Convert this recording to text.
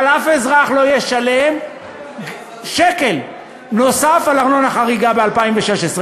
אבל שום אזרח לא ישלם שקל נוסף על ארנונה חריגה ב-2016.